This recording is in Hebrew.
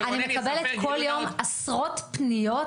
שרונן יספר גילוי נאות -- אני מקבלת כל יום עשרות פניות,